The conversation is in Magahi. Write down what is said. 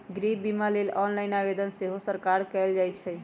गृह बिमा लेल ऑनलाइन आवेदन सेहो सकार कएल जाइ छइ